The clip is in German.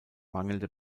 mangelnde